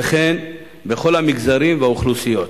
וכן בכל המגזרים והאוכלוסיות.